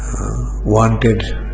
wanted